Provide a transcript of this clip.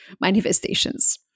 manifestations